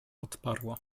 odparła